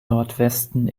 nordwesten